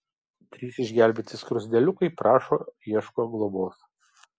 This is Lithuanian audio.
trys išgelbėti skruzdėliukai prašo ieško globos